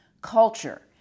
culture